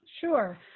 Sure